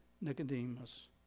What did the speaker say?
Nicodemus